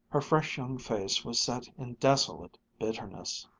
her fresh young face was set in desolate bitterness.